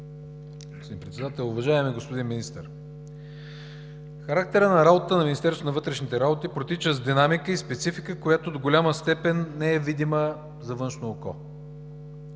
господин Председател. Уважаеми господин Министър! Характерът на работата на Министерството на вътрешните работи протича с динамика и специфика, която до голяма степен не е видима за външно око.